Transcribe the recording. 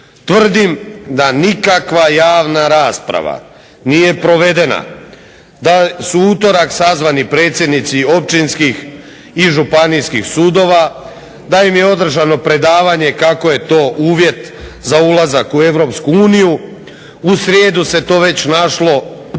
Tvrdim da nikakva javna rasprava nije provedena, da su u utorak sazvani predsjednici općinskih i županijskih sudova, da im je održano predavanje kako je to uvjet za ulazak u Europsku uniju. U srijedu se to već našlo na